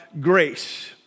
Grace